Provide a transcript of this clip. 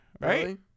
Right